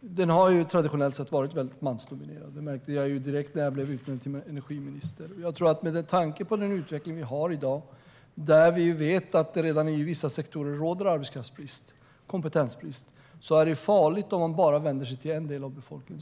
Sektorn har traditionellt sett varit väldigt mansdominerad. Det märkte jag direkt när jag blev utnämnd till energiminister. Med tanke på den utveckling vi har i dag, då vi vet att det i vissa sektorer råder arbetskraftsbrist och kompetensbrist, är det farligt om man bara vänder sig till en del av befolkningen.